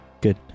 good